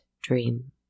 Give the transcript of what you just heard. dream